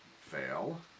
Fail